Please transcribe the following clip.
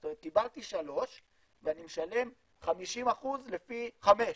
זאת אומרת קיבלתי שלוש ואני משלם 50% לפי חמש.